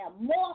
more